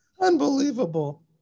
Unbelievable